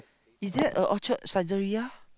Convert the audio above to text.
is there a Orchard Saizeriya